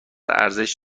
ارزش